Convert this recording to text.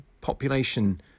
population